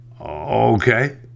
Okay